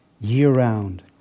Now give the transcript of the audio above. year-round